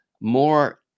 more